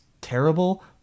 terrible